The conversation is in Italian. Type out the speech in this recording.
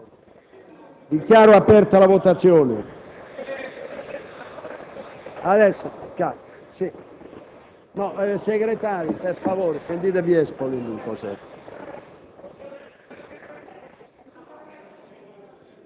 Dichiaro aperta la votazione.